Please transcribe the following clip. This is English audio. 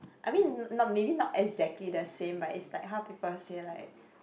I mean not maybe not exactly the same but it's like how people say like